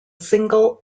single